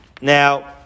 Now